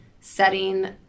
setting